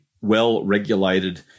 well-regulated